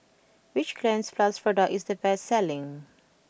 which Cleanz plus product is the best selling